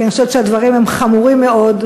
כי אני חושבת שהדברים הם חמורים מאוד.